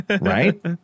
Right